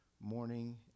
morning